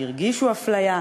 שהרגישו אפליה,